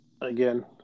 again